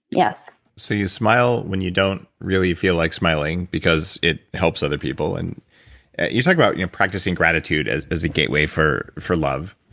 yes so you smile when you don't really feel like smiling, because it helps other people. and you talk about you know practicing gratitude as as a gateway for for love,